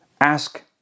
Ask